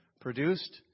produced